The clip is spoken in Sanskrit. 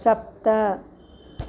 सप्त